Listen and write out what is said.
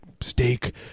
steak